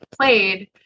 played